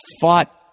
fought